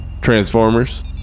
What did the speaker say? Transformers